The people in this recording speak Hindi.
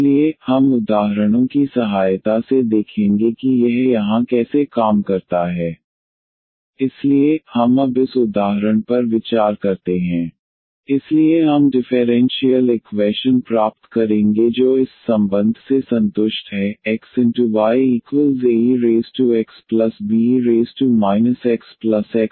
इसलिए हम उदाहरणों की सहायता से देखेंगे कि यह यहाँ कैसे काम करता है इसलिए हम अब इस उदाहरण पर विचार करते हैं इसलिए हम डिफेरेंशीयल इक्वैशन प्राप्त करेंगे जो इस संबंध से संतुष्ट है xyaexbe xx2